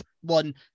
one